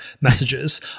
messages